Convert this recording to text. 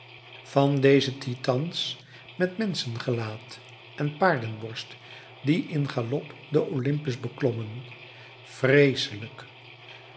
van deze titans met menschengelaat en paardenborst die in galop den olympus beklommen vreeselijk